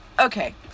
Okay